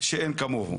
שאין כמוהו.